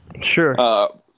Sure